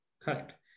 Correct